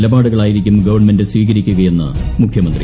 നിലപാടുകളായിരിക്കും government സ്വീകരിക്കുകയെന്ന് മുഖ്യമന്ത്രി